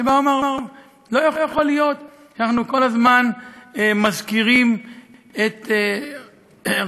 שאמר: לא יכול להיות שאנחנו כל הזמן מזכירים רק את הנופלים,